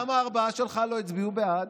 למה הארבעה שלך לא הצביעו בעד?